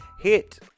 hit